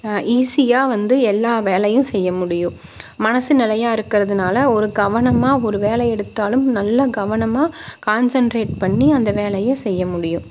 ஈஸியாக வந்து எல்லா வேலையும் செய்ய முடியும் மனசு நிலையா இருக்கிறதுனால ஒரு கவனமாக ஒரு வேலையை எடுத்தாலும் நல்லா கவனமாக கான்சன்ட்ரேட் பண்ணி அந்த வேலையை செய்ய முடியும்